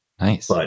Nice